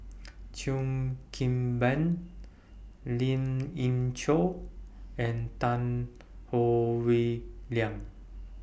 Cheo Kim Ban Lin Ying Chow and Tan Howe Liang